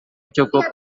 cukup